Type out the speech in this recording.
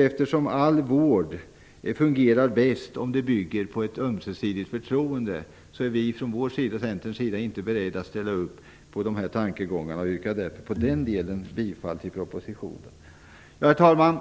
Eftersom all vård fungerar bäst om den bygger på ett ömsesidigt förtroende är vi i Centern inte beredda att ställa upp på de här tankegångarna. Jag yrkar därför i den delen bifall till propositionen. Herr talman!